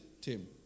Tim